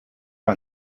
are